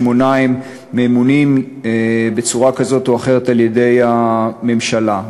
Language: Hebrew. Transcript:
שמונה ממונים בצורה כזאת או אחרת על-ידי הממשלה,